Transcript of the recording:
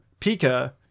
Pika